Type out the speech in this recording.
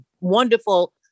wonderful